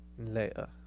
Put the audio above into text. later